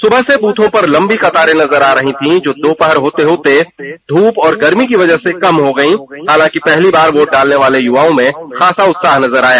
सुबह से बूथों पर लंबी कतारें नजर आ रही थीं जो दोपहर होते होते कम हो गई हालांकि पहली बार वोट डालने वाले युवाओं में खासा उत्साह नजर आया